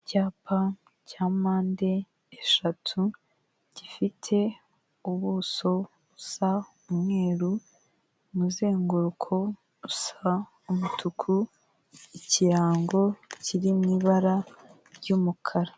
Icyapa cya mpande eshatu, gifite ubuso busa umweru, umuzenguruko usa umutuku, ikirango kiri mu ibara ry'umukara.